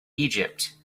egypt